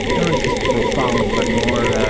know if it's profound, but more ah